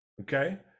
okay